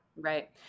Right